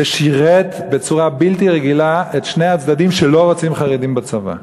זה שירת בצורה בלתי רגילה את שני הצדדים שלא רוצים חרדים בצבא: